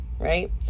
Right